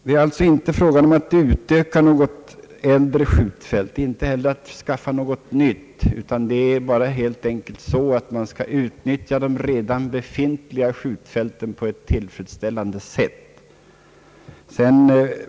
Det är alltså inte fråga om att utöka något äldre skjutfält och inte heller att skaffa något nytt utan det är helt enkelt fråga om att utnyttja de redan befintliga fälten på ett tillfredsställande sätt.